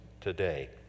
today